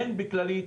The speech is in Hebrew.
הן בכללית,